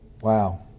Wow